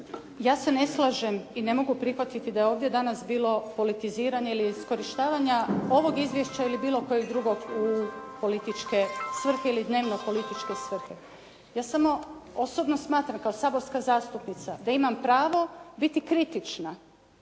ja se ne slažem i ne mogu prihvatiti da je ovdje danas bilo politiziranja ili iskorištavanja ovog izvješća ili bilo kojeg drugog u političke svrhe ili dnevno političke svrhe. Ja samo osobno smatram kao saborska zastupnica da imam pravo biti kritična